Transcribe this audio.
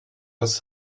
das